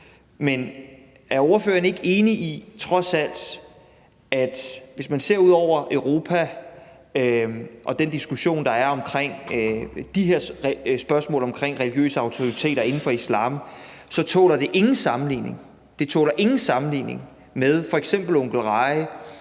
men er ordføreren trods alt ikke enig i, at hvis man ser ud over Europa og den diskussion, der er, om de her spørgsmål om religiøse autoriteter inden for islam, så tåler det ingen sammenligning – ingen